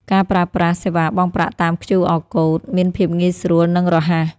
ការប្រើប្រាស់សេវាបង់ប្រាក់តាម QR Code មានភាពងាយស្រួល និងរហ័ស។